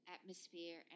atmosphere